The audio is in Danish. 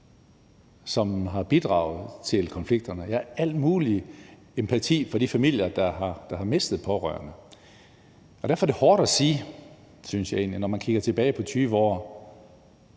som har bidraget til at løse konflikterne. Jeg har al mulig empati for de familier, der har mistet en pårørende. Derfor er det hårdt at sige, synes jeg egentlig, når man kigger tilbage på 20 år,